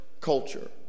culture